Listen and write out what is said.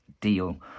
deal